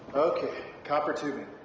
okay, copper tubing.